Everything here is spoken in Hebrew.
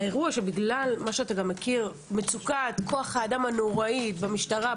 האירוע הוא שבגלל מצוקת כוח האדם הנוראית במשטרה,